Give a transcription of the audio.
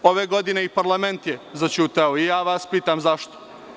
Ove godine i parlament je zaćutao i ja vas pitam zašto.